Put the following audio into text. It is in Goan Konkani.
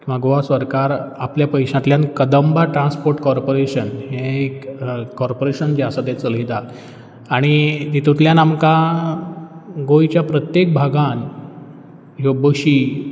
किंवां गोवा सरकार आपल्या पयशांतल्यान कदंबा ट्रान्स्पोर्ट कॉर्पोरेशन हें एक कॉर्पोरेशन जें आसा तें चलयता आनी हितुंतल्यान आमकां गोंयच्या प्रत्येक भागान ह्यो बशी